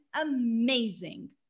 amazing